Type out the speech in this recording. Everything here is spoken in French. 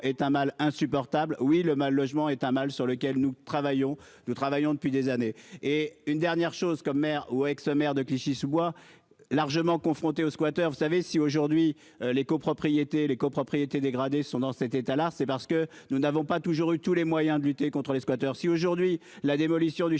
est un mal insupportable, oui le mal-logement est un mal, sur lequel nous travaillons, nous travaillons depuis des années et une dernière chose comme maire ou ex-maire de Clichy-sous-Bois largement confrontés aux squatters vous savez si aujourd'hui, les copropriétés les copropriétés dégradées sont dans cet état-là, c'est parce que nous n'avons pas toujours eu tous les moyens de lutter contres les squatteurs. Si aujourd'hui la démolition du